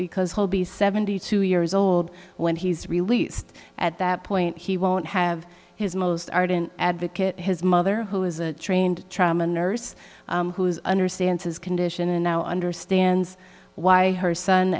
because holby seventy two years old when he's released at that point he won't have his most ardent advocate his mother who is a trained trauma nurse who is understands his condition and now understands why her son